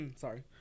sorry